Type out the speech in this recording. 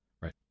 Right